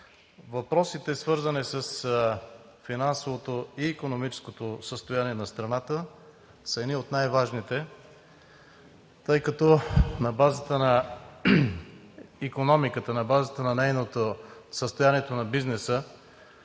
Въпросите, свързани с финансовото и икономическото състояние на страната са едни от най-важните, тъй като на базата на икономиката, на базата на състоянието на бизнеса